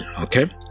Okay